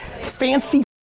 fancy